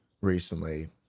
recently